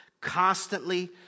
constantly